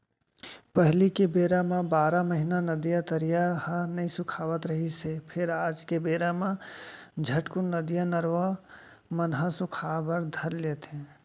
पहिली के बेरा म बारह महिना नदिया, तरिया ह नइ सुखावत रिहिस हे फेर आज के बेरा म झटकून नदिया, नरूवा मन ह सुखाय बर धर लेथे